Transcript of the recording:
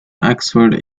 oxford